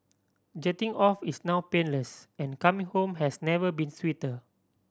jetting off is now painless and coming home has never been sweeter